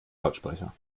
lautsprecher